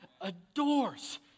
adores